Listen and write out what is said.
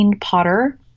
Potter